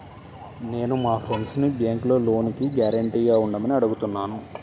నేను మా ఫ్రెండ్సుని బ్యేంకులో లోనుకి గ్యారంటీగా ఉండమని అడుగుతున్నాను